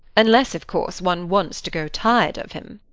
unless, of course, one wants to grow tired of him.